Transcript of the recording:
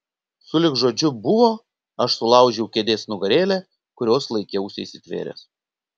sulig žodžiu buvo aš sulaužiau kėdės nugarėlę kurios laikiausi įsitvėręs